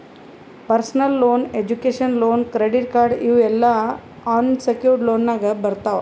personal loan, education loan, credit card ಇವ್ ಎಲ್ಲಾ unsecured ಲೋನ್ನಾಗ್ ಬರ್ತಾವ್